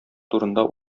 турында